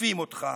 מקיפים אותך,